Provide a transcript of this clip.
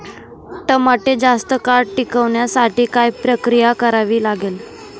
टमाटे जास्त काळ टिकवण्यासाठी काय प्रक्रिया करावी लागेल?